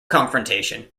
confrontation